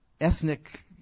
ethnic